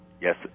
Yes